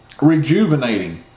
rejuvenating